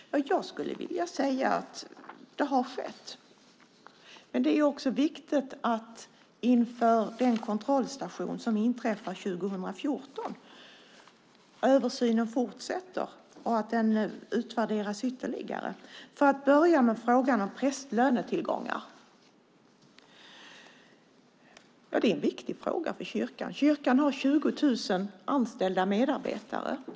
Jag skulle vilja säga att det har skett. Samtidigt är det viktigt att översynen fortsätter inför den kontrollstation som inträffar 2014 samt att den utvärderas ytterligare. När det gäller frågan om prästlönetillgångar vill jag säga att det är en viktig fråga för kyrkan. Kyrkan har 20 000 anställda medarbetare.